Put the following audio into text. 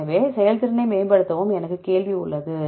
எனவே செயல்திறனை மேம்படுத்தவும் எனக்கு கேள்வி உள்ளது